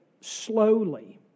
slowly